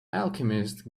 alchemist